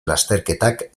lasterketak